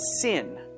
sin